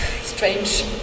strange